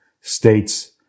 states